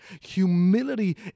Humility